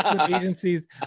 agencies